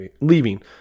leaving